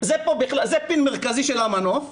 זה פין מרכזי של המנוף,